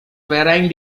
varying